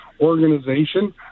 organization